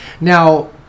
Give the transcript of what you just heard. Now